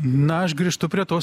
na aš grįžtu prie tos